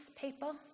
people